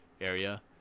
area